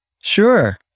Sure